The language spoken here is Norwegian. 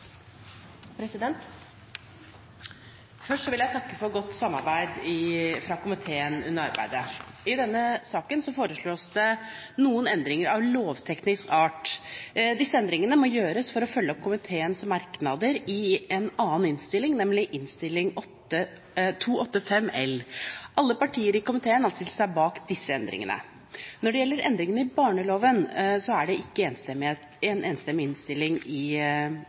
vedtatt. Først vil jeg takke for godt samarbeid i komiteen under arbeidet. I denne saken foreslås det noen endringer av lovteknisk art. Disse endringene må gjøres for å følge opp komiteens merknader i en annen innstilling, nemlig Innst. 285 L for 2014–2015. Alle partiene i komiteen har stilt seg bak disse endringene. Når det gjelder endringene i barneloven, er det ikke en enstemmig innstilling fra komiteen, og i